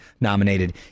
nominated